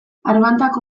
arbantako